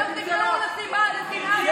ואתם תגרמו לשנאה בעם.